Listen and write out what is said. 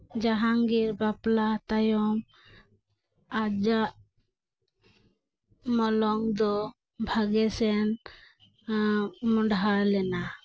ᱡᱟᱦᱟᱝᱜᱤᱨ ᱵᱟᱯᱞᱟ ᱛᱟᱭᱚᱢ ᱟᱡᱟᱜ ᱢᱚᱞᱚᱝ ᱫᱚ ᱵᱷᱟᱜᱮᱥᱮᱱ ᱢᱚᱸᱰᱦᱟ ᱞᱮᱱᱟ